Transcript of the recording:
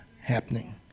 happening